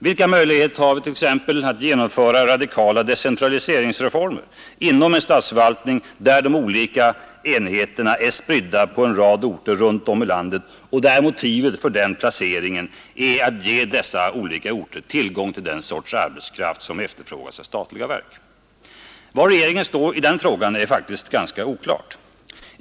Vilka möjligheter har vi t.ex. att genomföra radikala decentraliseringsreformer inom en statsförvaltning, där de olika enheterna är spridda på en rad orter runt om i landet och där motivet för den placeringen är att ge dessa olika orter tillgång till den sorts arbetskraft som efterfrågas av statliga verk? Var regeringen står i den frågan är faktiskt ganska oklart.